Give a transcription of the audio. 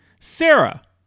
Sarah